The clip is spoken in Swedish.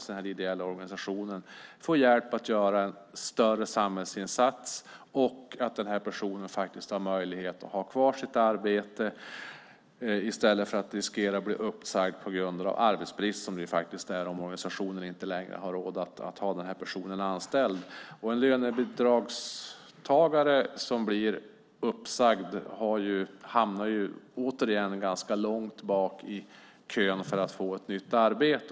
Den ideella organisationen får hjälp att göra en större samhällsinsats, och den här personen har möjlighet att ha kvar sitt arbete i stället för att riskera bli uppsagd på grund av arbetsbrist, som det blir om organisationen inte längre har råd att ha den här personen anställd. En lönebidragstagare som blir uppsagd hamnar åter ganska långt bak i kön för att få ett nytt arbete.